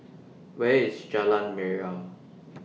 Where IS Jalan Mariam